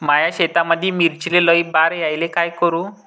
माया शेतामंदी मिर्चीले लई बार यायले का करू?